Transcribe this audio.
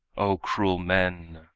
o cruel men!